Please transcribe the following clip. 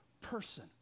person